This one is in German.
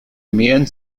mehren